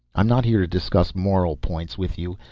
i'm not here to discuss moral points with you.